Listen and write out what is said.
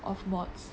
of modules